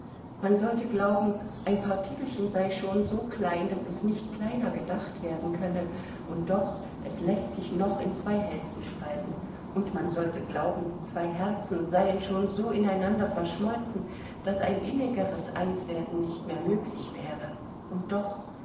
man sollte glauben ein partikelchen sei schon so klein daß es nicht kleiner gedacht werden könne und doch es läßt sich noch in zwei hälften spalten und man sollte glauben zwei herzen seien schon so ineinander verschmolzen daß ein innigeres einswerden nicht mehr möglich wäre und doch